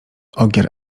ogier